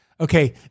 okay